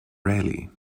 raleigh